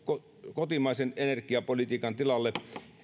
kotimaisen energiapolitiikan tilalle